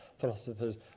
philosophers